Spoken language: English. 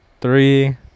Three